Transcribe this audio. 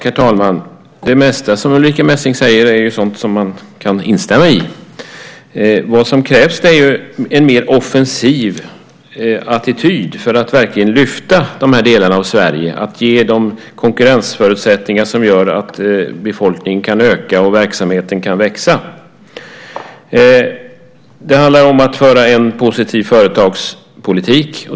Herr talman! Det mesta som Ulrica Messing säger är sådant som man kan instämma i. Vad som krävs är en mer offensiv attityd för att verkligen lyfta fram de här delarna av Sverige och ge dem konkurrensförutsättningar som gör att befolkningen kan öka och verksamheten kan växa. Det handlar om att föra en positiv företagspolitik.